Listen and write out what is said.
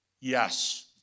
Yes